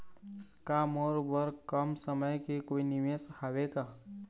का मोर बर कम समय के कोई निवेश हावे का?